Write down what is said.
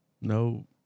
No